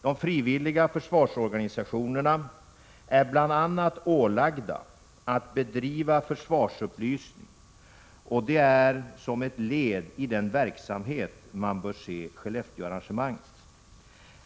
De frivilliga försvarsorganisationerna är bl.a. ålagda att bedriva försvarsupplysning, och det är som ett led i den verksamheten man bör se Skellefteåarrangemanget.